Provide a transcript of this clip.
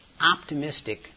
optimistic